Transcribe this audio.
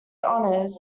honours